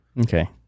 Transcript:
Okay